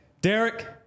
Derek